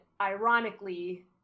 ironically